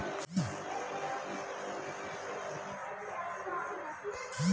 आपन खाता के लॉग इन कई के उपयोग भईल कुल क्रेडिट के देखल जात बाटे